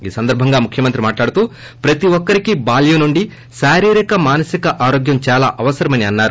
ఈ సందర్భంగా ముఖ్యమంత్రి మాట్లాడుతూ ప్రతి ఒక్కరికీ బాల్యం నుండి శారీరక మానసిక ఆరోగ్యం చాలా అవసరమని అన్నారు